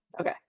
Okay